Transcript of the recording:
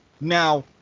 Now